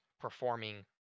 performing